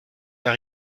soit